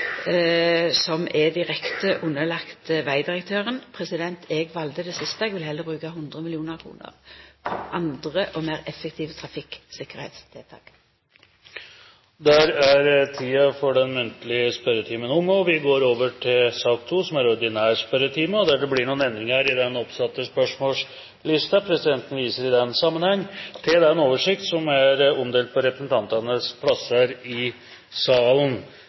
som er direkte underlagt vegdirektøren? Eg valde det siste. Eg vil heller bruka 100 mill. kr på andre og meir effektive trafikktryggleikstiltak. Dermed er den muntlige spørretimen omme. Det blir noen endringer i den oppsatte spørsmålslisten. Presidenten viser i den sammenheng til den oversikt som er omdelt på representantenes plasser i salen.